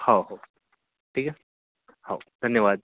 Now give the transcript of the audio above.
हा हो ठीक आहे हो धन्यवाद